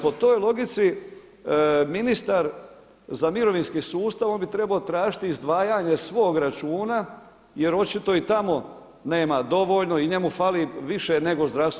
Po toj logici ministar za mirovinski sustav on bi trebao tražiti izdvajanje svog računa, jer očito i tamo nema dovoljno i njemu fali više nego zdravstvu.